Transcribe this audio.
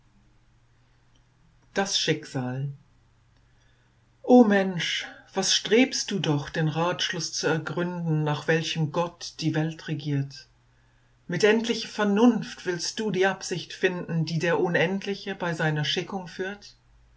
das schicksal o mensch was strebst du doch den ratschluß zu ergründen nach welchem gott die welt regiert mit endlicher vernunft willst du die absicht finden die der unendliche bei seiner schickung führt